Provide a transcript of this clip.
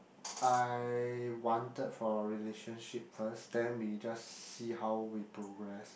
I wanted for a relationship first then we just see how we progress